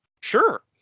sure